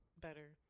better